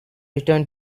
return